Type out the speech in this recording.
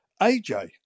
AJ